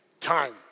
Time